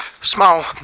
small